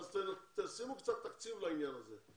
תשימו קצת תקציב לעניין הזה.